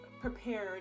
Prepared